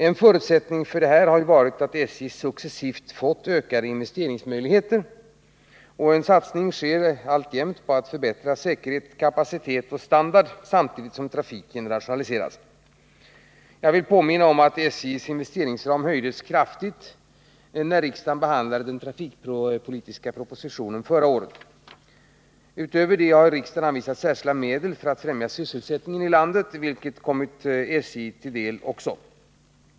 En förutsättning för den här utvecklingen har varit att SJ successivt fått ökade investeringsmöjligheter. En satsning sker fortlöpande på att förbättra säkerhet, kapacitet och standard samtidigt som trafiken rationaliseras. Jag vill erinra om att SJ:s investeringsram höjdes kraftigt i samband med riksdagens behandling av den trafikpolitiska propositionen förra året. Härutöver har riksdagen anvisat särskilda medel för att främja sysselsättningen i landet, vilket kommit också SJ till del.